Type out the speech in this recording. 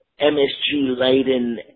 MSG-laden